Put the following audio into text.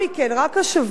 קיבלתי תשובה,